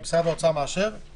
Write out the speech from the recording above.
משרד האוצר מאשר?